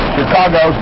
Chicago